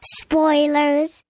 spoilers